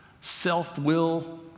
self-will